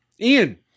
Ian